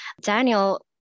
Daniel